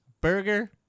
burger